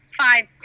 five